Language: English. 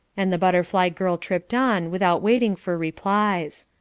and the butterfly girl tripped on without waiting for replies.